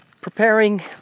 preparing